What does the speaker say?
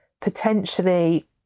potentially